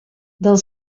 del